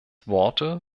worte